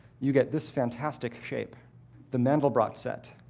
you get this fantastic shape the mandelbrot set,